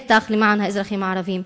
למען האזרחים הערבים,